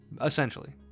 Essentially